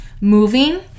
moving